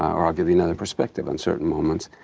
or i'll give you and the perspective on certain moments,